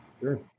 Sure